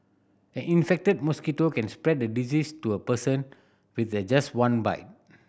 an infected mosquito can spread the disease to a person with the just one bite